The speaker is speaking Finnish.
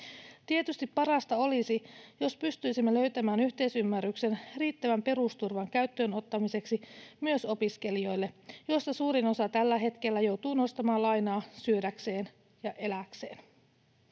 Tietysti parasta olisi, jos pystyisimme löytämään yhteisymmärryksen riittävän perusturvan käyttöönottamiseksi myös opiskelijoille, joista suurin osa tällä hetkellä joutuu nostamaan lainaa syödäkseen ja elääkseen.